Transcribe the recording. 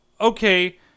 Okay